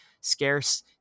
scarce